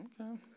Okay